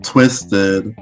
Twisted